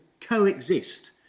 coexist